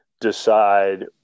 decide